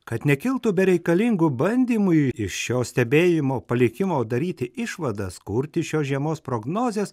kad nekiltų bereikalingų bandymui iš šios stebėjimo palikimo daryti išvadas kurti šios žiemos prognozes